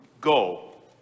Go